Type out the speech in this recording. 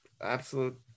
absolute